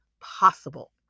possible